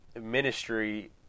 ministry